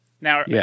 Now